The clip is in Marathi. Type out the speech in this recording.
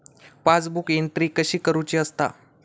पासबुक एंट्री कशी करुची असता?